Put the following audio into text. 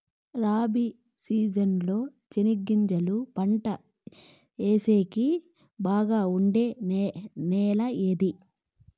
Rabi season లో చెనగగింజలు పంట సేసేకి బాగా ఉండే నెల ఏది?